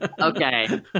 okay